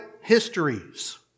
histories